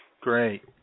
Great